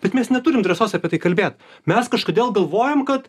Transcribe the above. bet mes neturim drąsos apie tai kalbėt mes kažkodėl galvojam kad